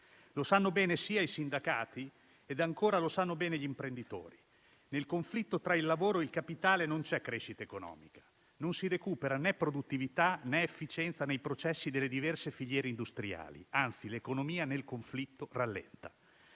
Lo sanno bene i sindacati e, ancora, gli imprenditori: nel conflitto tra il lavoro e il capitale non c'è crescita economica e non si recuperano né produttività né efficienza nei processi delle diverse filiere industriali; anzi, l'economia nel conflitto rallenta.